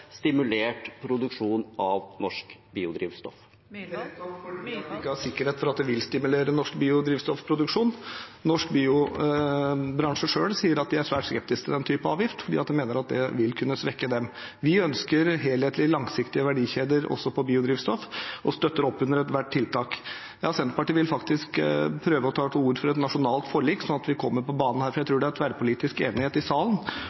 stimulert til produksjon av norsk biodrivstoff? Det er nettopp fordi vi ikke har sikkerhet for at det vil stimulere norsk biodrivstoffproduksjon. Norsk biobransje selv sier at de er svært skeptisk til den type avgift, fordi de mener det vil kunne svekke dem. Vi ønsker helhetlige, langsiktige verdikjeder også for biodrivstoff og støtter opp under ethvert tiltak. Senterpartiet vil faktisk prøve å ta til orde for et nasjonalt forlik, slik at vi kommer på banen. Jeg tror det er tverrpolitisk enighet i salen